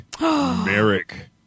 Merrick